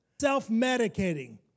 self-medicating